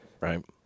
Right